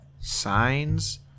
Signs